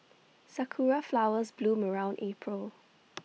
Sakura Flowers bloom around April